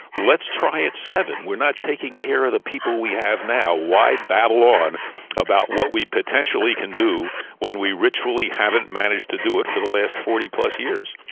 let's try at seven. we're not taking care of the people we have now, why battle on about what we potentially can do when we ritually haven't managed to do it for the last forty plus years.